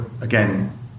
again